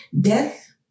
death